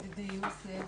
ידידי יוסף,